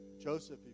Joseph